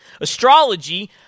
Astrology